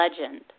legend